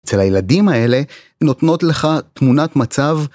אצל הילדים האלה נותנות לך תמונת מצב